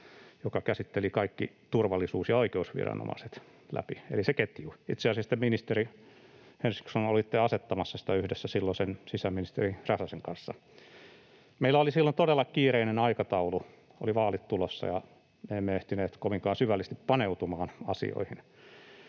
joka käsitteli kaikki turvallisuus- ja oikeusviranomaiset läpi eli sen ketjun. Itse asiassa te, ministeri Henriksson, olitte asettamassa sitä yhdessä silloisen sisäministeri Räsäsen kanssa. Meillä oli silloin todella kiireinen aikataulu, oli vaalit tulossa, ja emme ehtineet kovinkaan syvällisesti paneutumaan asioihin,